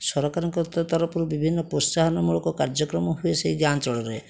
ସରକାରଙ୍କ ଉକ୍ତ ତରଫରୁ ବିଭିନ୍ନ ପ୍ରୋତ୍ସାହନ ମୂଳକ କାର୍ଯ୍ୟକର୍ମ ହୁଏ ସେଇ ଗାଁ ଅଞ୍ଚଳରେ